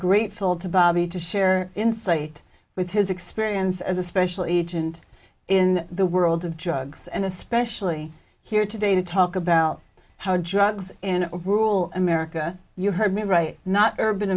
grateful to bobbie to share insight with his experience as a special agent in the world of drugs and especially here today to talk about how drugs in rural america you heard me right not urban